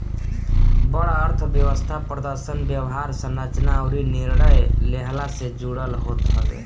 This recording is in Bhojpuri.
बड़ अर्थव्यवस्था प्रदर्शन, व्यवहार, संरचना अउरी निर्णय लेहला से जुड़ल होत हवे